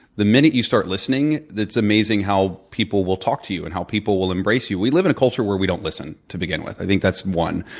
the minute you start listening, it's amazing how people will talk to you and how people will embrace you. we live in a culture where we don't listen to begin with. i think that's one.